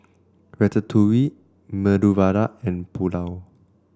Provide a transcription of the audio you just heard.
Ratatouille Medu Vada and Pulao